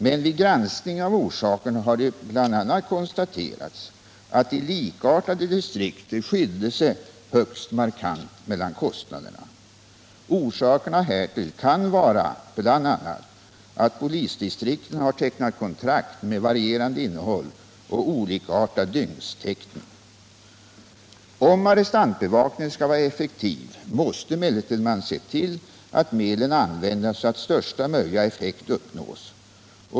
Men vid granskning av orsakerna har det bl.a. konstaterats att likartade distrikt skiljer sig högst markant i fråga om kostnaderna. Orsakerna härtill kan vara bl.a. att polisdistrikten har tecknat kontrakt med varierande innehåll och olikartad dygnstäckning. Om arrestantbevakningen skall vara ändamålsenlig måste man emellertid se till att medlen använts så att största möjliga effekt uppnås.